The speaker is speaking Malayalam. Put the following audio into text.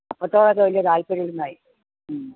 അപ്പത്തോടൊക്കെ വലിയ താൽപ്പര്യം ഇല്ല എന്നായി മ്